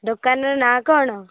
ଦୋକାନର ନାଁ କ'ଣ